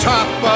Top